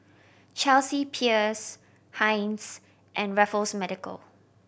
Chelsea Peers Heinz and Raffles Medical